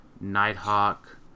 nighthawk